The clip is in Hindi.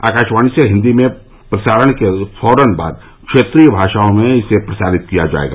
आकाशवाणी से हिन्दी में प्रसारण के फौरन बाद क्षेत्रीय भाषाओं में इसे प्रसारित किया जायेगा